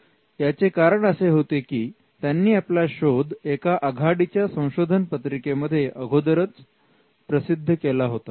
याचे कारण असे होते की त्यांनी आपला शोध एका आघाडीच्या संशोधनपत्रिकेमध्ये अगोदरच प्रसिद्ध केला होता